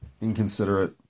inconsiderate